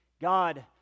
God